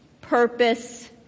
purpose